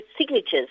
signatures